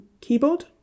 keyboard